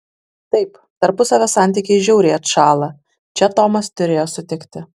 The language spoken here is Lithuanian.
taip tarpusavio santykiai žiauriai atšąla čia tomas turėjo sutikti